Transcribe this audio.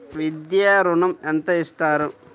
విద్యా ఋణం ఎంత ఇస్తారు?